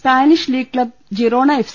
Spanish league club Girona F